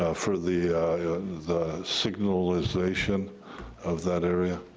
ah for the the signalization of that area?